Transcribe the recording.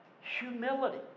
humility